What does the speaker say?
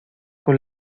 con